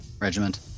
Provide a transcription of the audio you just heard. regiment